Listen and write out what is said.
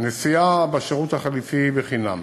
הנסיעה בשירות החלופי היא בחינם,